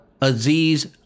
Aziz